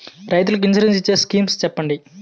రైతులు కి ఇన్సురెన్స్ ఇచ్చే స్కీమ్స్ చెప్పండి?